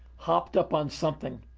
hopped up on something.